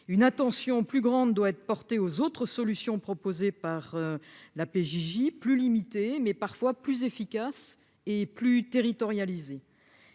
une attention plus grande doit être portée aux autres solutions proposées par la PJJ plus limité, mais parfois plus efficace et plus territorialisée